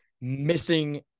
missing